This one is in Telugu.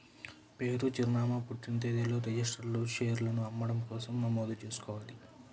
పేరు, చిరునామా, పుట్టిన తేదీలతో రిజిస్టర్డ్ షేర్లను అమ్మడం కోసం నమోదు చేసుకోవాలి